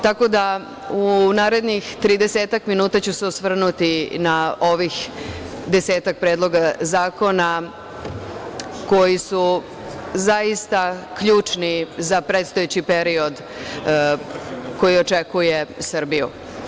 Tako da, u narednih tridesetak minuta ću se osvrnuti na ovih desetak predloga zakona, koji su zaista ključni za predstojeći period koji očekuje Srbiju.